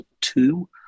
two